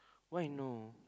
why no